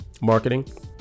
marketing